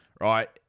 right